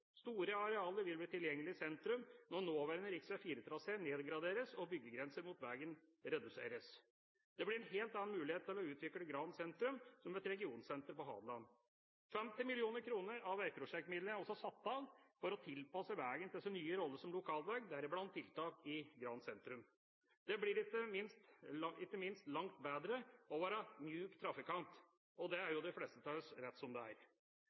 Store arealer vil bli tilgjengelig i sentrum når nåværende rv. 4-trasé nedgraderes og byggegrenser mot veien reduseres. Det blir en helt annen mulighet til å utvikle Gran sentrum som et regionsenter på Hadeland. 50 mill. kr av veiprosjektmidlene er også satt av for å tilpasse veien til sin nye rolle som lokalvei, deriblant tiltak i Gran sentrum. Det blir ikke minst langt bedre å være myk trafikant. Det er jo de fleste av oss – rett som det er.